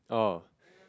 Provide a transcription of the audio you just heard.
oh